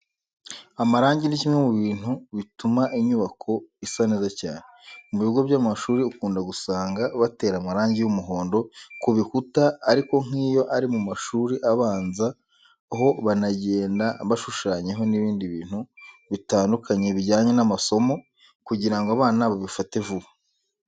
Amarangi ni kimwe mu bintu bituma inyubako isa neza cyane. Mu bigo by'amashuri ukunda gusanga batera amarangi y'umuhondo ku bikuta ariko nk'iyo ari mu mashuri abanza ho banagenda bashushanyaho n'ibindi bintu bitandukanye bijyanye n'amasomo kugira ngo abana babifate vuba.